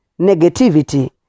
negativity